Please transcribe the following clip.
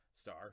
star